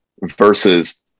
versus